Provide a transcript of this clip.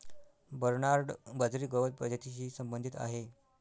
Bernard बाजरी गवत प्रजातीशी संबंधित आहे